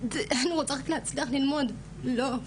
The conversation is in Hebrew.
אני רוצה רק להצליח ללמוד לא,